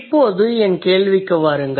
இப்போது என் கேள்விக்கு வாருங்கள்